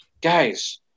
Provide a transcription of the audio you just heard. guys